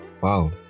wow